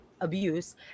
abuse